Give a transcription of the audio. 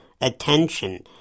attention